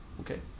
Okay